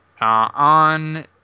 on